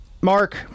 Mark